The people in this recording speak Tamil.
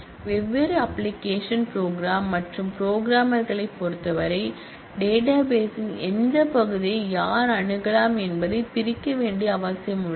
வெவ்வேறு அப்பிளிக்கேஷன் ப்ரோக்ராம் மற்றும் புரோகிராமர்களைப் பொறுத்தவரை டேட்டாபேஸ்த்தின் எந்த பகுதியை யார் அணுகலாம் என்பதைப் பிரிக்க வேண்டிய அவசியம் உள்ளது